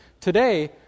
today